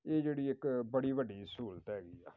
ਇਹ ਜਿਹੜੀ ਇੱਕ ਬੜੀ ਵੱਡੀ ਸਹੂਲਤ ਹੈਗੀ ਆ